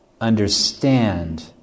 understand